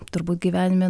turbūt gyvenime